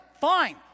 Fine